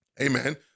Amen